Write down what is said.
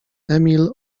emil